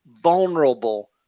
vulnerable